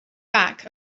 back